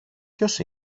ποιος